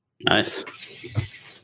Nice